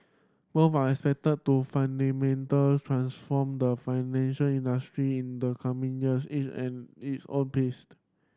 both are expected to fundamental transform the financial industry in the coming years each at its own pace